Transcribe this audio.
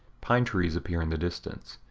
pine trees appear in the distance.